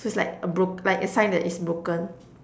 so it's like a broke like a sign that it's broken